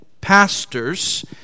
pastors